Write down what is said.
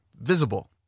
visible